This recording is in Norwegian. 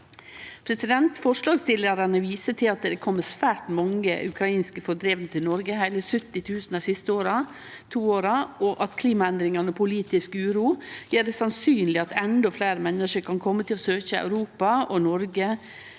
i saka. Forslagsstillarane viser til at det har kome svært mange ukrainske fordrivne til Noreg, heile 70 000 dei siste to åra, og at klimaendringar og politisk uro gjer det sannsynleg at endå fleire menneske kan kome til å søkje til Europa og Noreg